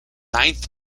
ninth